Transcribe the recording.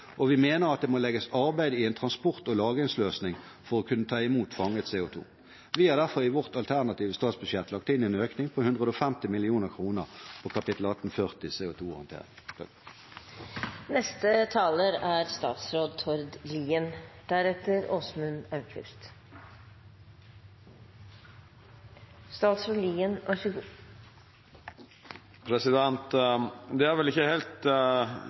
og vi mener det må legges arbeid i en transport- og lagringsløsning for å kunne ta imot fanget CO 2 . Vi har derfor i vårt alternative statsbudsjett lagt inn en økning på 150 mill. kr på kap. 1840 CO 2 -håndtering. Det er